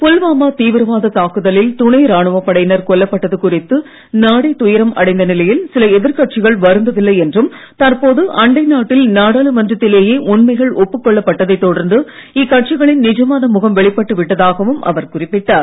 புல்வாமா தீவிரவாத தாக்குதலில் துணை ராணுவப் படையினர் கொல்லப்பட்டது குறித்து நாடே துயரம் அடைந்த நிலையில் சில எதிர்கட்சிகள் வருந்தவில்லை என்றும் தற்போது அண்டை நாட்டில் நாடாளுமன்றத்திலேயே உண்மைகள் ஒப்புக் கொள்ளப்பட்டதைத் தொடர்ந்து இக்கட்சிகளின் நிஜமான முகம் வெளிப்பட்டு விட்டதாகவும் அவர் குறிப்பிட்டார்